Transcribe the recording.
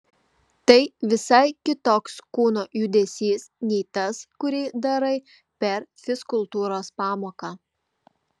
tai visai kitoks kūno judesys nei tas kurį darai per fizkultūros pamoką